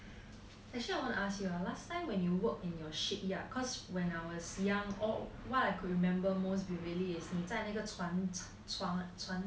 actually I want to ask you ah last time you work in your shipyard cause when I was young all what I can remember most is really is 你在哪个船船船